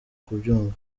kubyumva